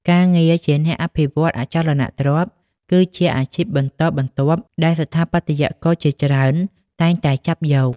ការងារជាអ្នកអភិវឌ្ឍន៍អចលនទ្រព្យ គឺជាអាជីពបន្តបន្ទាប់ដែលស្ថាបត្យករជាច្រើនតែងតែចាប់យក។